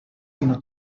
sinó